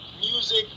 Music